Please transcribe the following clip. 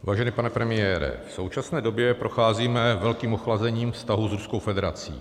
Vážený pane premiére, v současné době procházíme velkým ochlazením vztahů s Ruskou federací.